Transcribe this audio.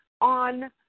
on